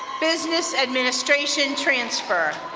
business administration transfer.